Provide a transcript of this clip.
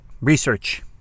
research